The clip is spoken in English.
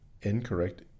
incorrect